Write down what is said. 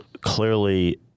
clearly